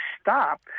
stop